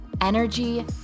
Energy